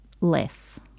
less